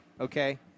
okay